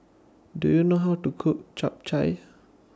Do YOU know How to Cook Chap Chai